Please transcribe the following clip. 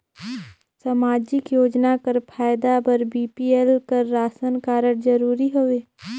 समाजिक योजना कर फायदा बर बी.पी.एल कर राशन कारड जरूरी हवे?